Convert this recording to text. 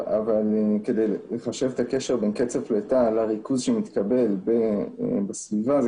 אבל כדי לחשב את הקשר בין קצב פליטה לריכוז שמתקבל בסביבה זה